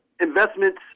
investments